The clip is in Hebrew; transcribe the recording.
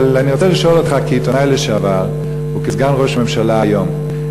אבל אני רוצה לשאול אותך: כעיתונאי לשעבר וכסגן ראש הממשלה היום,